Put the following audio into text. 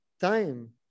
time